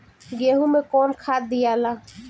गेहूं मे कौन खाद दियाला?